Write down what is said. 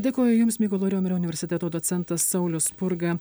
dėkoju jums mykolo riomerio universiteto docentas saulius spurga